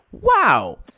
Wow